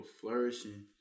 flourishing